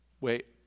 wait